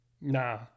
nah